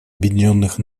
объединенных